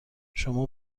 شما